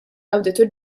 awditur